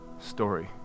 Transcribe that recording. story